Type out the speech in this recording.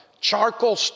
charcoal